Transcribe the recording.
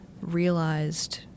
realized